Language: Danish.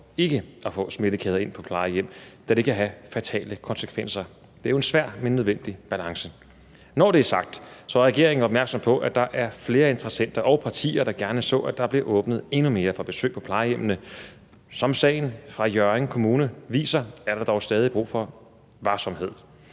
ikke at få smittekæder ind på plejehjem, da det kan have fatale konsekvenser. Det er jo en svær, men nødvendig balance. Når det er sagt, er regeringen opmærksom på, at der er flere interessenter og partier, der gerne så, at der blev åbnet endnu mere for besøg på plejehjemmene, men som sagen fra Hjørring Kommune viser, er der dog stadig brug for varsomhed.